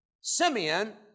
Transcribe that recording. Simeon